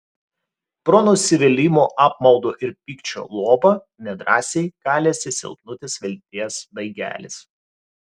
pro nusivylimo apmaudo ir pykčio luobą nedrąsiai kalėsi silpnutis vilties daigelis